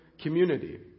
community